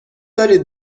دارید